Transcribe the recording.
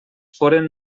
foren